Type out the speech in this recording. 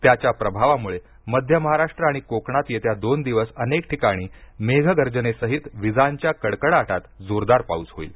त्याच्या प्रभावामुळे मध्य महाराष्ट्र आणि कोकणात येत्या दोन दिवस अनेक ठिकाणी मेघगर्जनेसहीत विजांच्या कडकडाटात जोरदार पाऊस होईल